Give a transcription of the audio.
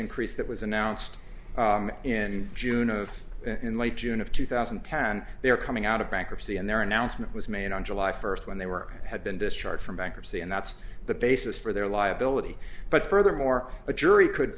increase that was announced in june as in late june of two thousand and ten they are coming out of bankruptcy and their announcement was made on july first when they were had been discharged from bankruptcy and that's the basis for their liability but furthermore a jury could